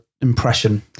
impression